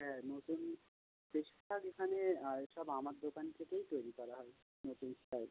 হ্যাঁ নতুন এখানে এসব আমার দোকান থেকেই তৈরি করা হয় নতুন স্টাইলে